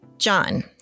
John